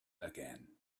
again